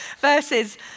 verses